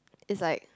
is like